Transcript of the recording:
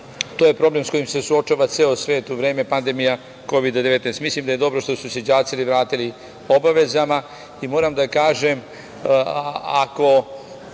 to je problem sa kojim se suočava ceo svet u vreme pandemije Kovida 19.Mislim da je dobro što su se đaci vratili obavezama i moram da kažem, ako